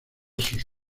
sus